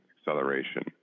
acceleration